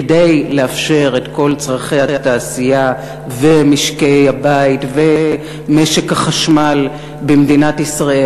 כדי לאפשר את כל צורכי התעשייה ומשקי-הבית ומשק החשמל במדינת ישראל,